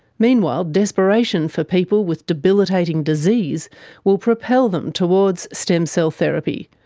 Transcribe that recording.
meanwhile, desperation for people with debilitating disease will propel them towards stem cell therapy.